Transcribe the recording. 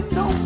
no